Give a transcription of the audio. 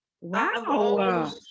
wow